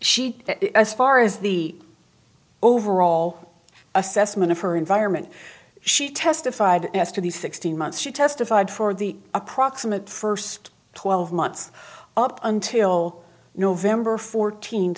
she as far as the overall assessment of her environment she testified as to the sixteen months she testified for the approximate first twelve months up until november fourteen